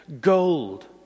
gold